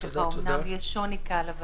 ואומנם יש שוני קל.